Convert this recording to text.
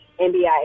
NBI